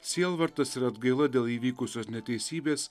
sielvartas ir atgaila dėl įvykusios neteisybės